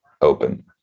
open